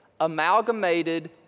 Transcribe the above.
amalgamated